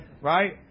right